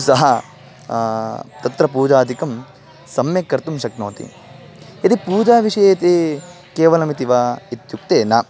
सः तत्र पूजादिकं सम्यक् कर्तुं शक्नोति यदि पूजाविषयेति केवलमिति वा इत्युक्ते न